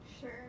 Sure